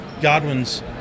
Godwin's